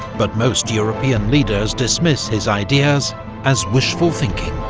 but most european leaders dismiss his ideas as wishful thinking.